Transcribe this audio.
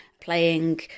playing